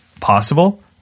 possible